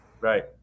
Right